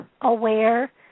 aware